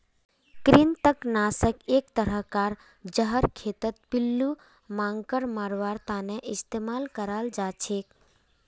कृंतक नाशक एक तरह कार जहर खेतत पिल्लू मांकड़ मरवार तने इस्तेमाल कराल जाछेक